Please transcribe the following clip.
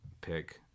pick